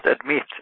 admit